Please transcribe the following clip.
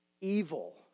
evil